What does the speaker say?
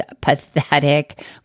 pathetic